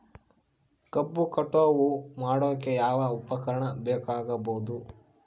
ಕಬ್ಬು ಕಟಾವು ಮಾಡೋಕೆ ಯಾವ ಉಪಕರಣ ಬೇಕಾಗಬಹುದು?